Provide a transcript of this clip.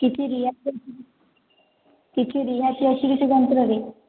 କିଛି ରିହାତି କିଛି ରିହାତି ଅଛି କି ସେ ଯନ୍ତ୍ରରେ